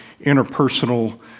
interpersonal